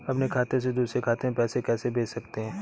अपने खाते से दूसरे खाते में पैसे कैसे भेज सकते हैं?